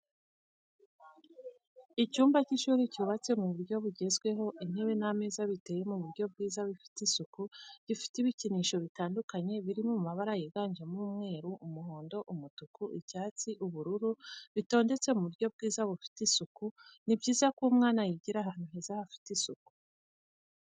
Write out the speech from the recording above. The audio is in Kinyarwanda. Icyumba cy'ishuri cyubatse mu buryo bugezweho intebe n'ameza biteye mu buryo bwiza bifite isuku, gifite ibikinisho bitandukanye biri mabara yiganjemo umweru, umuhondo, umutuku. icyatsi ubururu bitondetse mu buryo bwiza bufite isuku, ni byiza ko umwana yigira ahantu heza hafite isuku.